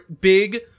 big